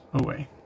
away